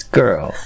girl